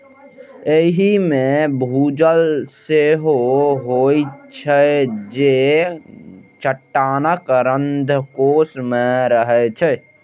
एहि मे भूजल सेहो होइत छै, जे चट्टानक रंध्रकोश मे रहै छै